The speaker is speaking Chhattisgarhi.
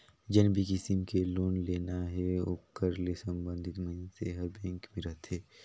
जेन भी किसम के लोन लेना हे ओकर ले संबंधित मइनसे हर बेंक में रहथे